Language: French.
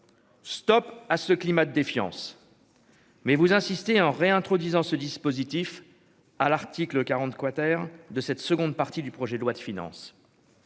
Stop à ce climat de défiance. Mais vous insistez en réintroduisant ce dispositif à l'article 40 quater de cette seconde partie du projet de loi de finances,